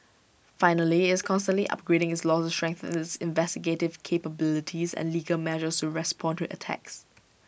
finally is constantly upgrading its laws to strengthen its investigative capabilities and legal measures respond to attacks